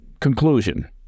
conclusion